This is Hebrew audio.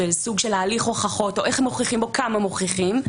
סוג של הליך הוכחות או איך מוכיחים וכמה מוכיחים,